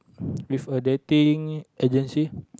with a dating urgency